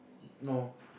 no